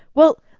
well,